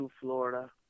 florida